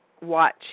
watch